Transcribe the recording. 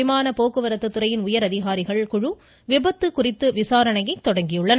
விமான போக்குவரத்து துறையின் உயர் அதிகாரிகள் குழு விபத்து குறித்த விசாரணையை தொடங்கியுள்ளன